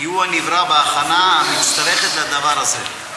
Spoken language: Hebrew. כי הוא הנברא בהכנה המצטרכת לדבר הזה.